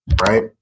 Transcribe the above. right